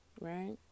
Right